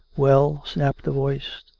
well? snapped the voice.